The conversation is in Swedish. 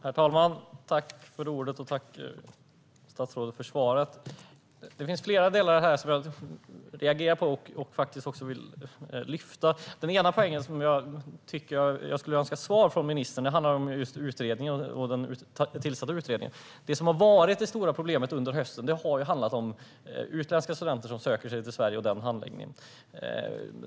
Herr talman! Tack, statsrådet, för svaret! Det finns flera delar i det som jag reagerar på och vill lyfta fram. En fråga som jag önskar svar på från ministern handlar om den tillsatta utredningen. Det som har varit det stora problemet under hösten är handläggningen av utländska studenter som söker sig till Sverige.